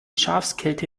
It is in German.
schafskälte